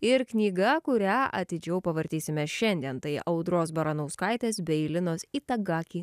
ir knyga kurią atidžiau pavartysime šiandien tai audros baranauskaitės bei linos itagaki